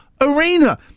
Arena